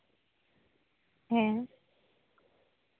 ᱦᱮᱸ